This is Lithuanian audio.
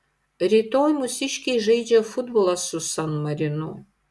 rytoj mūsiškiai žaidžia futbolą su san marinu